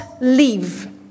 leave